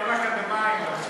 רק שלא ידרשו מהם תארים אקדמיים.